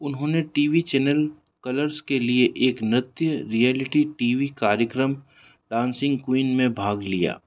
उन्होंने TV channel Colors के लिए एक नृत्य रियेलिटी टीवी कार्यक्रम डांसिंग क्वीन में भाग लिया